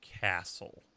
castle